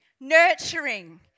nurturing